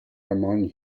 ramón